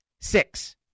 Six